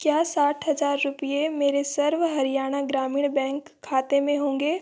क्या साठ हज़ार रुपये मेरे सर्व हरियाणा ग्रामीण बैंक खाते में होंगे